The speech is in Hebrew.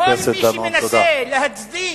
כל מי שמנסה להצדיק